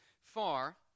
far